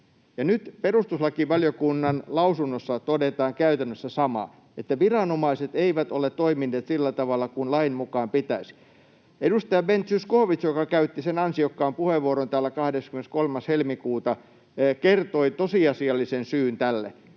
nyt perustuslakivaliokunnan lausunnossa todetaan käytännössä sama: että viranomaiset eivät ole toimineet sillä tavalla kuin lain mukaan pitäisi. Edustaja Ben Zyskowicz, joka käytti sen ansiokkaan puheenvuoron täällä 23. helmikuuta, kertoi tosiasiallisen syyn tälle: